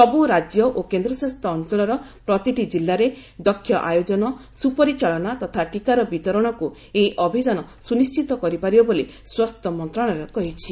ସବୁ ରାଜ୍ୟ ଓ କେନ୍ଦ୍ରଶାସିତ ଅଞ୍ଚଳର ପ୍ରତିଟି ଜିଲ୍ଲାରେ ଦକ୍ଷ ଆୟୋକନ ସୁପରିଚାଳନା ତଥା ଟିକାର ବିତରଣକୁ ଏହି ଅଭିଯାନ ସୁନିଶ୍ଚିତ କରିପାରିବ ବୋଲି ସ୍ୱାସ୍ଥ୍ୟ ମନ୍ତ୍ରଣାଳୟ କହିଛି